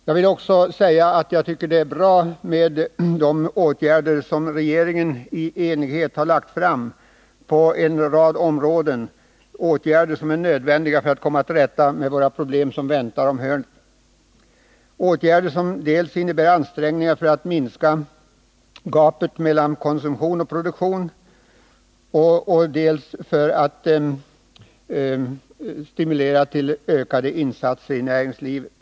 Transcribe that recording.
Jag tycker också att de förslag till åtgärder på en rad områden som regeringen i enighet har lagt fram är bra. Det är åtgärder som är nödvändiga för att vi skall komma till rätta med de problem vi kämpar med. Det är åtgärder som dels innebär ansträngningar för att minska gapet mellan konsumtion och produktion, dels innebär en stimulering till ökade insatser i näringslivet.